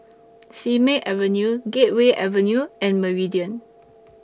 Simei Avenue Gateway Avenue and Meridian